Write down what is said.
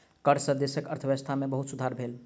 कर सॅ देशक अर्थव्यवस्था में बहुत सुधार भेल